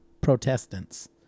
Protestants